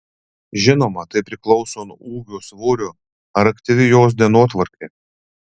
žinoma tai priklauso nuo ūgio svorio ar aktyvi jos dienotvarkė